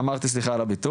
אני אמרתי סליחה על הביטוי.